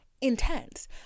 intense